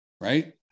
Right